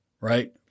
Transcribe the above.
right